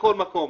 "בכל מקום".